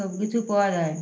সব কিছু পাওয়া যায়